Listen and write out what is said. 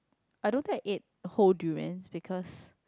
I don't think I ate whole durians because